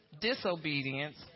disobedience